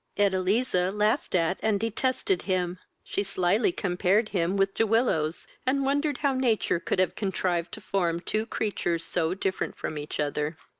edeliza laughed at and detested him. she slily compare him with de willows, and wondered how nature could have contrived to form two creatures so different from each other.